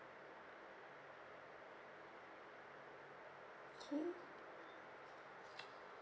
okay